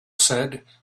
said